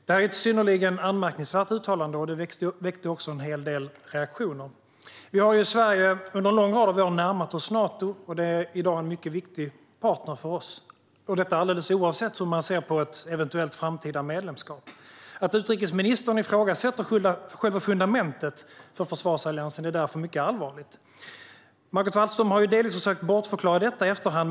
Detta är ett synnerligen anmärkningsvärt uttalande, och det väckte också en hel del reaktioner. Vi har i Sverige under en lång rad år närmat oss Nato, och Nato är i dag en mycket viktig partner för oss - detta alldeles oavsett hur man ser på ett eventuellt framtida medlemskap. Att utrikesministern ifrågasätter själva fundamentet för försvarsalliansen är därför mycket allvarligt. Margot Wallström har delvis försökt bortförklara detta i efterhand.